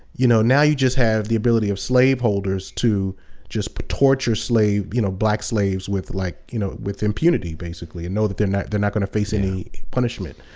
you know now you just have the ability of slave holders to just torture you know black slaves with like, you know with impunity, basically, and know that they're not they're not going to face any punishment.